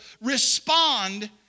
respond